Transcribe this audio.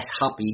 happy